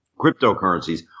cryptocurrencies